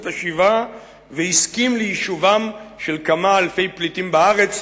השיבה" והסכים ליישובם של כמה אלפי פליטים בארץ.